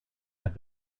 have